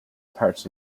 parts